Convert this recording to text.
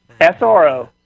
SRO